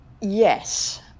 yes